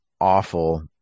awful